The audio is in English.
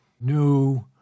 new